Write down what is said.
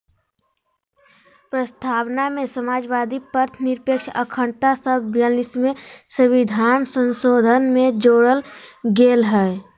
प्रस्तावना में समाजवादी, पथंनिरपेक्ष, अखण्डता शब्द ब्यालिसवें सविधान संशोधन से जोरल गेल हइ